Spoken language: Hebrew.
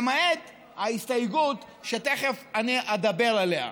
למעט ההסתייגות שתכף אני אדבר עליה.